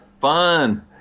Fun